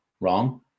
wrong